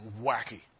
wacky